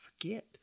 forget